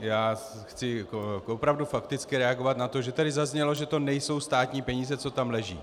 Já chci opravdu fakticky reagovat na to, že tady zaznělo, že to nejsou státní peníze, co tam leží.